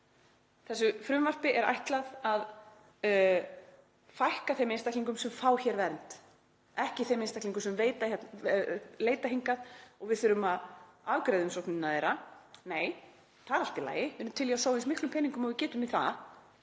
þessu frumvarpi er ætlað að fækka þeim einstaklingum sem fá hér vernd, ekki þeim einstaklingum sem leita hingað og við þurfum að afgreiða umsóknirnar þeirra. Nei, það er allt í lagi, við erum til í að sóa eins miklum peningum og við getum í það